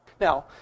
now